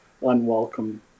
unwelcome